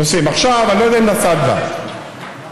נוסעים.